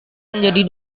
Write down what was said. menjadi